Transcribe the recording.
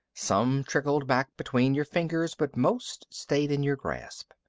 some trickled back between your fingers, but most stayed in your grasp.